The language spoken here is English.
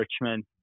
Richmond